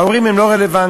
וההורים לא רלוונטיים.